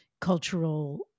cultural